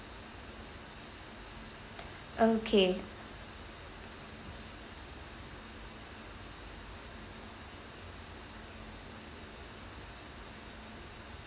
okay